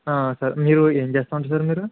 sir మీరు ఏం చేస్తూ ఉంటారు సార్ మీరు